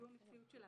זו המציאות שלנו.